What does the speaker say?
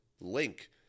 Link